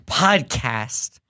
podcast